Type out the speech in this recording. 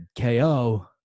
KO